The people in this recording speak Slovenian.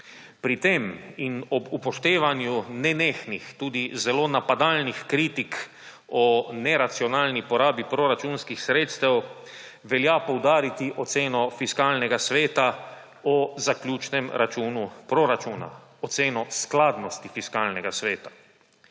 Pri tem in ob upoštevanju nenehnih, tudi zelo napadalnih, kritik o neracionalni porabi proračunskih sredstev velja poudariti oceno Fiskalnega sveta o zaključnem računu proračuna, oceno skladnosti Fiskalnega sveta.